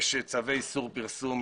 יש צווי איסור פרסום.